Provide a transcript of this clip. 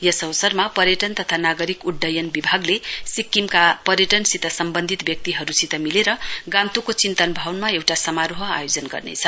यस अवसरमा पर्यटन तथा नागरिक उड्डयन विभागले सिक्किमका पर्यटनसित सम्बन्धित व्यक्तिहरूसित मिलेर गान्तोकको चिन्तन भवनमा एउटा समारोह आयोजन गर्नेछ